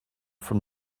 from